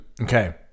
Okay